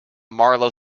marlowe